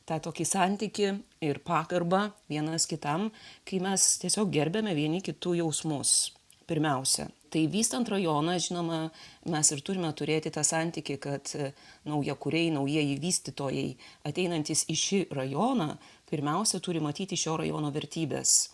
tą tokį santykį ir pagarbą vienas kitam kai mes tiesiog gerbiame vieni kitų jausmus pirmiausia tai vystant rajoną žinoma mes ir turime turėti tą santykį kad naujakuriai naujieji vystytojai ateinantys į šį rajoną pirmiausia turi matyti šio rajono vertybes